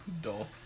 dull